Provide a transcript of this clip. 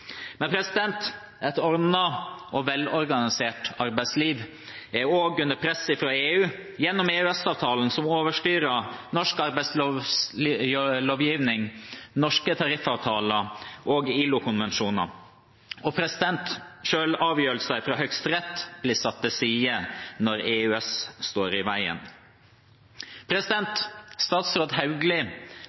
Et ordnet og velorganisert arbeidsliv er også under press fra EU gjennom EØS-avtalen, som overstyrer norsk arbeidslivslovgivning, norske tariffavtaler og ILO-konvensjoner. Selv avgjørelser fra Høyesterett blir satt til side når EØS står i veien. Statsråd Hauglie